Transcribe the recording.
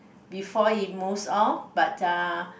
before it moves off but uh